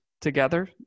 together